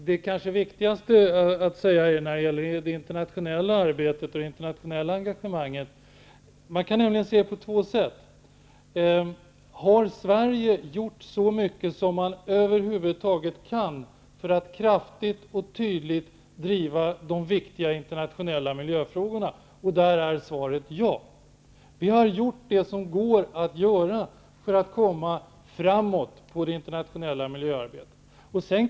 Fru talman! Det är viktigt att framhålla att det går att se på två sätt på det internationella arbetet och engagemanget. Har Sverige gjort så mycket som det över huvud taget går för att kraftig och tydligt driva de viktiga internationella miljöfrågorna? Där är svaret ja. Vi har gjort det som går att göra för att gå framåt i det internationella miljöarbetet.